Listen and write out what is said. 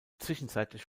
zwischenzeitlich